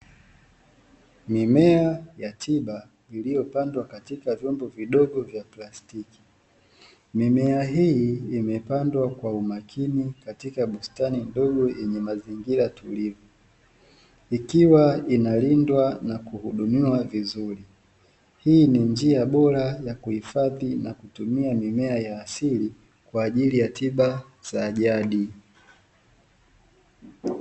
Mimea ya tiba iliyopandwa katika vyombo vidogo vya plastiki, mimea hii imepandwa kwa umakini katika bustani ndogo yenye mazingira tulivu. Ikiwa inalindwa na kuhudumiwa vizuri, hii ni njia bora ya kuhifadhi na kutumia mimea ya asili kwa ajili ya tiba za jadi.